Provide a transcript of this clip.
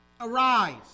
Arise